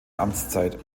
amtszeit